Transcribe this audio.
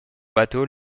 bateau